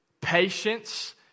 patience